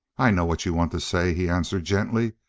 i know what you want to say, he answered gently.